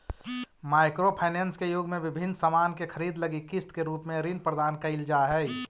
micro finance के युग में विभिन्न सामान के खरीदे लगी किस्त के रूप में ऋण प्रदान कईल जा हई